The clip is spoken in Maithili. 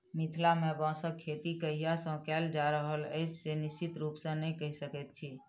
मिथिला मे बाँसक खेती कहिया सॅ कयल जा रहल अछि से निश्चित रूपसॅ नै कहि सकैत छी